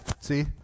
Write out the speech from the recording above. see